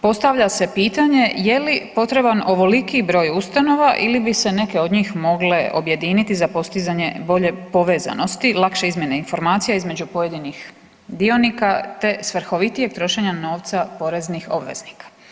Postavlja se pitanje je li potreban ovoliki broj ustanova ili bi se neke od njih mogle objediniti za postizanje bolje povezanosti, lakše izmjene informacija između pojedinih dionika te svrhovitijeg trošenja novca poreznih obveznika.